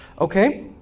okay